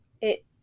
It-